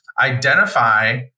identify